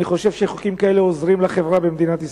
אני חושב שחוקים כאלה עוזרים לחברה במדינת ישראל.